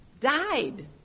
died